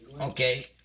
Okay